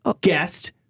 guest